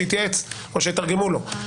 שיתייעץ או שיתרגמו לו.